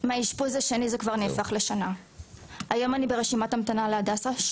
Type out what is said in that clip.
הם באמת-באמת חשובים; הם יכולים למנוע הידרדרות של